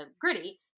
Gritty